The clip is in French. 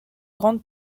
grande